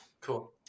Cool